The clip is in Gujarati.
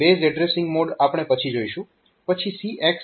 બેઝ એડ્રેસીંગ મોડ આપણે પછી જોઈશું